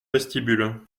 vestibule